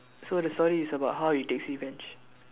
so the story is about how he takes revenge